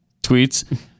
tweets